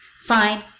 fine